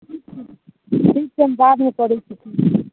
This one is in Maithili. ठीक छै हम बादमे करै छी फोन